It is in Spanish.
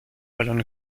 balón